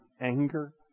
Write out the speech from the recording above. anger